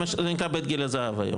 זה נקרא בית גיל הזהב היום.